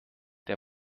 der